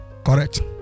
correct